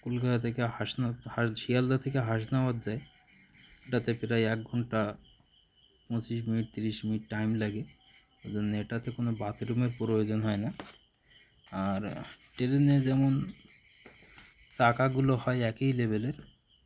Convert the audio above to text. কলকাতা থেকে হাসন শিয়ালদা থেকে হাসনাবাদ যায় এটাতে প্রায় এক ঘন্টা পঁচিশ মিনিট তিরিশ মিনিট টাইম লাগে ও জন্য এটাতে কোনো বাথরুমের প্রয়োজন হয় না আর ট্রেনে যেমন চাকাগুলো হয় একই লেভেলের